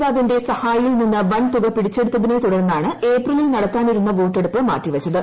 നേതാവിന്റെ സ്റ്റ്ഫായിയിൽ നിന്ന് വൻ തുക പിടിച്ചെടുത്തിനെ തുടർന്നാണ് ഏപ്പിലീൽ നടത്താനിരുന്ന വോട്ടെടുപ്പ് മാറ്റിവച്ചത്